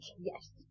Yes